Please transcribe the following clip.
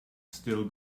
still